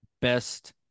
best